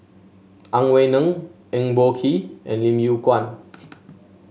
Ang Wei Neng Eng Boh Kee and Lim Yew Kuan